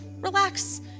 relax